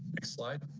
next slide.